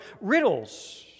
riddles